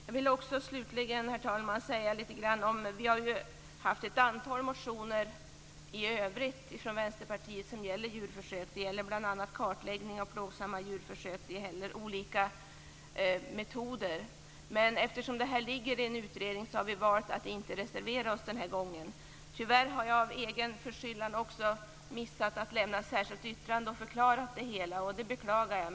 Jag vill slutligen, herr talman, också säga litet grand om att vi från Vänsterpartiet har haft ett antal motioner i övrigt som gäller djurförsök. Det gäller bl.a. kartläggning av plågsamma djurförsök, och det gäller olika metoder. Men eftersom detta ingår i en utredning har vi valt att inte reservera oss den här gången. Tyvärr har jag av egen förskyllan också missat att lämna ett särskilt yttrande där jag förklarar detta. Det beklagar jag.